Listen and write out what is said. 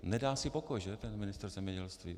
Nedá si pokoj, že, ten ministr zemědělství.